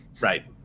Right